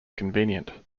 convenient